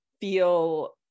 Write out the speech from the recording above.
feel